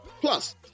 plus